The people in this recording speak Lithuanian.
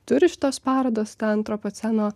turi šitos parodos tą antropoceno